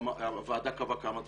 הוועדה קבעה כמה דברים,